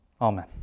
Amen